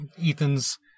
Ethan's